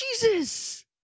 Jesus